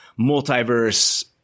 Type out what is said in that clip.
multiverse